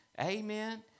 Amen